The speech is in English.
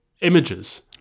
images